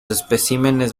especímenes